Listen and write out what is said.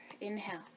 inhale